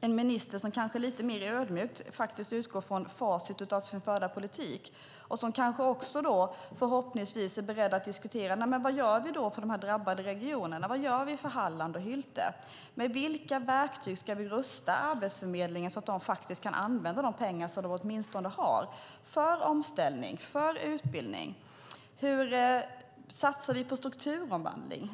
en minister som kanske är lite mer ödmjuk och utgår från facit av sin förda politik. Hon är kanske också förhoppningsvis beredd att diskutera: Vad gör vi för de drabbade regionerna? Vad gör vi för Halland och Hylte? Med vilka verktyg ska vi rusta Arbetsförmedlingen så att den faktiskt kan använda de pengar som den åtminstone har för omställning och utbildning? Hur satsar vi på strukturomvandling?